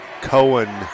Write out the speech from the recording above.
Cohen